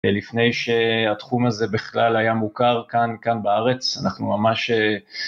לפני שהתחום הזה בכלל היה מוכר כאן, כאן בארץ, אנחנו ממש...